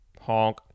Honk